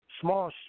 small